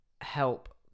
help